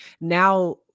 now